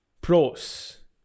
Pros